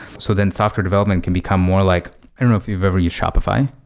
so then software development can become more like i don't know if you've ever used shopify.